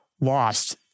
lost